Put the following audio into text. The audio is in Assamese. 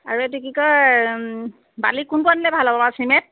আৰু এইটো কি কয় বালি কোনটো আনিলে ভাল হ'ব বাৰু আৰু চিমেণ্ট